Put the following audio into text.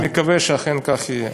אני מקווה שאכן כך יהיה.